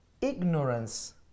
Ignorance